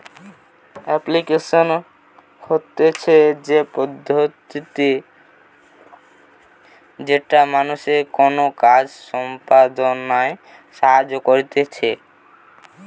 application হতিছে সে পদ্ধতি যেটা মানুষকে কোনো কাজ সম্পদনায় সাহায্য করতিছে